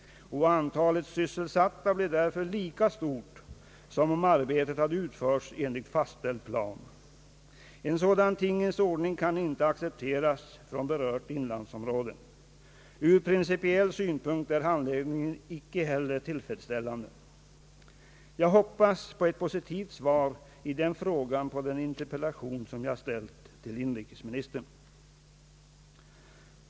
Antalet sysselsatta blir därför lika stort som om arbetet hade utförts enligt fastställd plan. En sådan tingens ordning kan icke accepteras från berört inlandsområde. Ur principiell synpunkt är handläggningen icke heller tillfredsställande. Jag hoppas få ett positivt svar på den frågan i den interpellation som jag har ställt till inrikesministern.